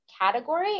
category